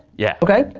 yeah. okay.